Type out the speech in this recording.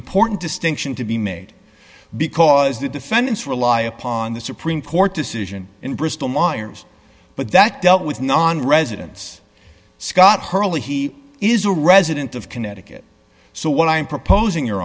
important distinction to be made because the defendants rely upon the supreme court decision in bristol myers but that dealt with nonresidents scott hurley he is a resident of connecticut so what i'm proposing